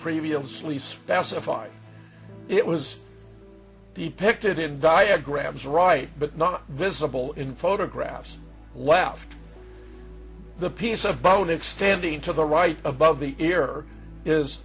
specified it was he picked it in diagrams right but not visible in photographs left the piece of bone extending to the right above the ear is